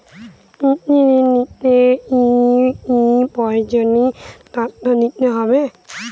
কৃষি ঋণ নিতে কি কি প্রয়োজনীয় তথ্য দিতে হবে?